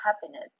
happiness